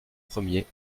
premier